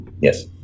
Yes